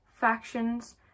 factions